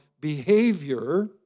behavior